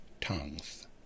tongues